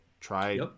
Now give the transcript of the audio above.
try